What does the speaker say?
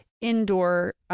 indoor